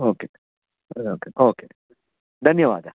okay okay okay धन्यवादः